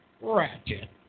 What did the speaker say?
Ratchet